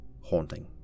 haunting